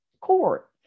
court